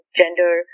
gender